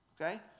okay